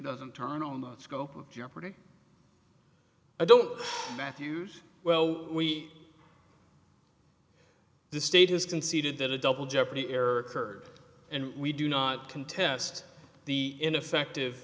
doesn't turn on the scope of jeopardy i don't matthews well we the state has conceded that a double jeopardy error occurred and we do not contest the ineffective